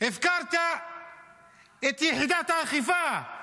הפקרת את יחידת האכיפה,